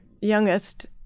youngest